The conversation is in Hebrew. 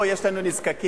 יש לנו נזקקים,